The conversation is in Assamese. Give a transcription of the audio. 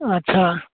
আচ্ছা